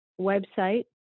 website